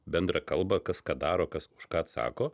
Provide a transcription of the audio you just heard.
bendrą kalbą kas ką daro kas už ką atsako